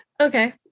okay